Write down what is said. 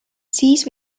siis